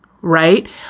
right